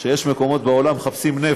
יש מקומות בעולם שמחפשים נפט.